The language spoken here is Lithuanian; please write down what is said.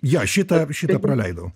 ja šitą šitą praleidau